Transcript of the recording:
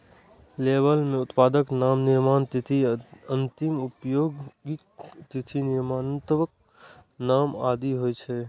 label मे उत्पादक नाम, निर्माण तिथि, अंतिम उपयोगक तिथि, निर्माताक नाम आदि होइ छै